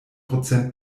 prozent